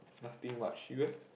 nothing much you leh